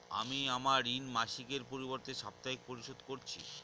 আমি আমার ঋণ মাসিকের পরিবর্তে সাপ্তাহিক পরিশোধ করছি